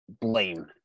blame